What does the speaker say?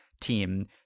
team